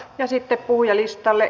ja sitten puhujalistalle